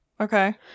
Okay